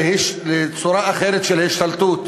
לצורה אחרת של השתלטות,